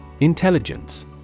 Intelligence